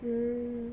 mm